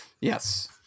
yes